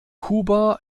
kuba